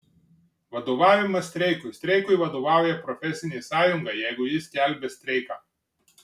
vadovavimas streikui streikui vadovauja profesinė sąjunga jeigu ji skelbia streiką